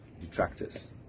detractors